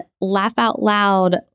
laugh-out-loud